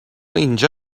اینجا